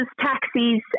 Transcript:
taxis